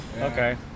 Okay